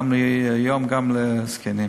גם למעונות-יום וגם לזקנים.